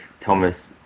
Thomas